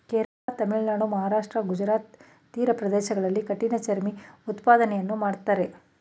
ಕೇರಳ, ತಮಿಳುನಾಡು, ಮಹಾರಾಷ್ಟ್ರ, ಗುಜರಾತ್ ತೀರ ಪ್ರದೇಶಗಳಲ್ಲಿ ಕಠಿಣ ಚರ್ಮಿ ಉತ್ಪಾದನೆಯನ್ನು ಮಾಡ್ತರೆ